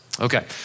Okay